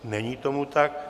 Není tomu tak.